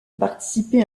participer